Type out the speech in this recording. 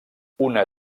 una